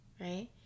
right